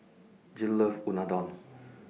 Jill loves Unadon